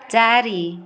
ଚାରି